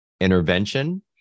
intervention